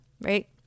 right